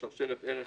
כדי ליצור שרשרת ערך.